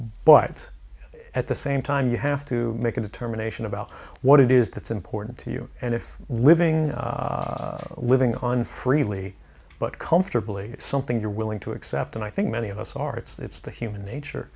but at the same time you have to make a determination about what it is that's important to you and if living living on freely but comfortably something you're willing to accept and i think many of us are it's the human nature